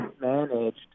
managed